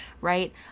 right